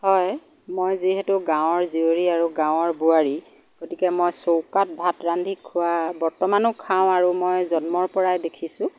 হয় মই যিহেতু গাঁৱৰ জীয়ৰী আৰু গাঁৱৰ বোৱাৰী গতিকে মই চৌকাত ভাত ৰান্ধি খোৱা বৰ্তমানো খাওঁ আৰু মই জন্মৰ পৰাই দেখিছোঁ